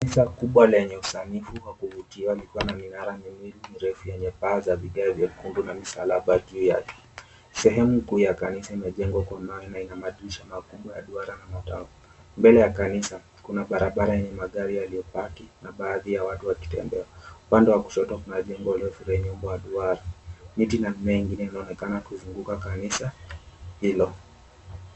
Kanisa kubwa lenye usanifu wa kuvutia likiwa na minara miwili mirefu yenye paa za vigae vyekundu na msalaba juu yake. Sehemu kuu ya kanisa imejengwa kwa mawe na ina madirisha makubwa ya duara na mataa. Mbele ya kanisa kuna barabara yenye magari yaliyopaki na baadhi ya watu wakitembea. Upande wa kushoto kuna jengo refu lenye umbo la duara. Miti na mimea ingine inaonekana kuzunguka kanisa hilo.